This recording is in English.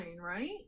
Right